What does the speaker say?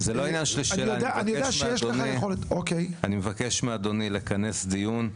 אני יודע שיש לך יכולת- -- אני מבקש מאדוני לכנס דיון,